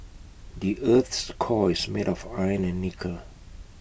the Earth's core is made of iron and nickel